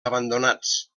abandonats